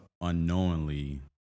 unknowingly